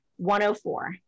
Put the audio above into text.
104